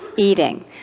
Eating